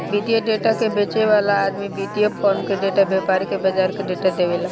वित्तीय डेटा के बेचे वाला आदमी वित्तीय फार्म के डेटा, व्यापारी के बाजार के डेटा देवेला